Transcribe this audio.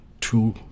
two